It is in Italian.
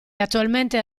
attualmente